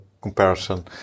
comparison